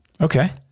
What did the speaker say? Okay